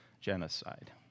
genocide